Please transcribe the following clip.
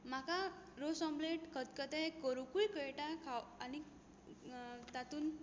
म्हाका रोस ऑमलेट खतखतें करुंकूय कळटा आनी तातूंत